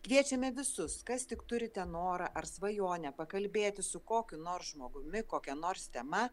kviečiame visus kas tik turite norą ar svajonę pakalbėti su kokiu nors žmogumi kokia nors tema